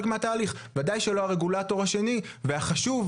מהתהליך וודאי שלא הרגולטור השני והחשוב,